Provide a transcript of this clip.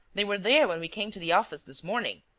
they were there when we came to the office this morning.